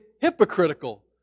hypocritical